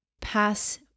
pass